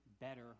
Better